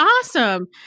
Awesome